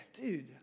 dude